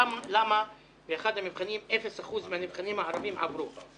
למה באחד המבחנים אפס אחוז מהנבחנים הערבים עברו.